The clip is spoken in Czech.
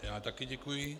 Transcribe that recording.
Já taky děkuji.